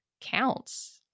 counts